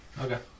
Okay